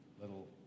little